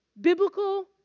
Biblical